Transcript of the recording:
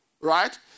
right